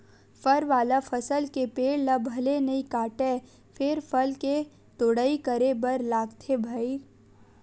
फर वाला फसल के पेड़ ल भले नइ काटय फेर फल के तोड़ाई करे बर लागथे भईर